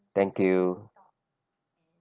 thank you